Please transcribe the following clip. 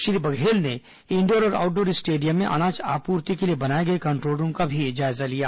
श्री बघेल ने इंडोर और outdoor stadium में अनाज आपूर्ति के लिए बनाए गए कंट्रोल रूम का भी जायजा लिया